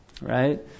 Right